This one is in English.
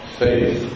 faith